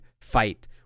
fight